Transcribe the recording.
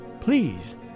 Please